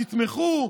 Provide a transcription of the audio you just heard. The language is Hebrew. תתמכו,